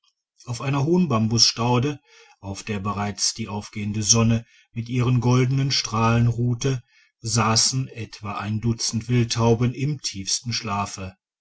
auf einer hohen bambusstaude auf der bereits die aufgehende sonne mit ihren goldenen strahlen ruhte sassen etwa ein dutzend wildtauben im tiefsten schlafe